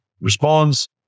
responds